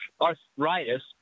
arthritis